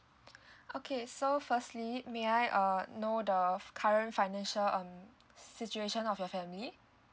okay so firstly may I uh know the current financial um situation of your family